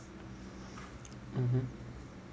mmhmm